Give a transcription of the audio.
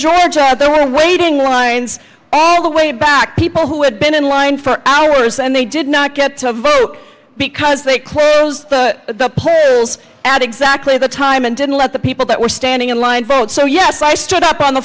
georgia at the waiting lines all the way back people who had been in line for hours and they did not get to vote because they closed the pedals at exactly the time and didn't let the people that were standing in line vote so yes i stood up on the